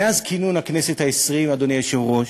מאז כינון הכנסת העשרים, אדוני היושב-ראש,